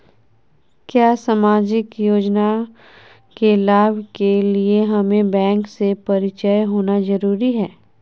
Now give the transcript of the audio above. क्या सामाजिक योजना के लाभ के लिए हमें बैंक से परिचय होना जरूरी है?